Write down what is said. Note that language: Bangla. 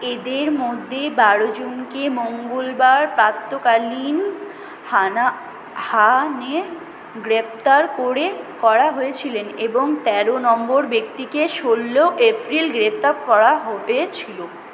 এদের মধ্যে বারো জনকে মঙ্গলবার প্রাতঃকালীন হানা গ্রেপ্তার করে করা হয়েছিলেন এবং তেরো নম্বর ব্যক্তিকে ষোলো এপ্রিল গ্রেপ্তার করা হয়েছিল